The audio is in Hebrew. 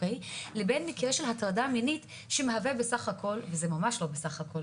לבין מקרה של הטרדה מינית שמהווה "בסך הכול" זה ממש לא בסך הכול